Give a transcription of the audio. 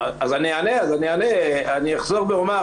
אני אחזור ואומר,